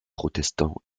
protestants